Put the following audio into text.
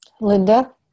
Linda